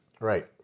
Right